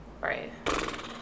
Right